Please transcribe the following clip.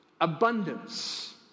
Abundance